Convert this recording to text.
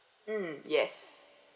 mm yes